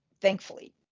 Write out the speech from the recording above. thankfully